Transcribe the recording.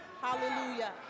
Hallelujah